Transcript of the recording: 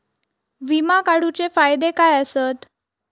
विमा काढूचे फायदे काय आसत?